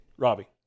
Robbie